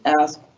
ask